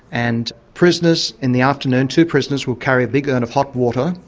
and prisoners in the afternoon, two prisoners would carry a big urn of hot water,